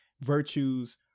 virtues